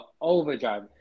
overdrive